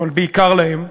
אבל בעיקר להם,